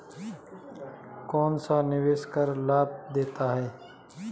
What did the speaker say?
कौनसा निवेश कर लाभ देता है?